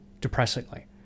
depressingly